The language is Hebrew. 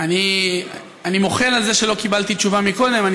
אני מוחל על זה שלא קיבלתי תשובה מקודם.